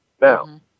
Now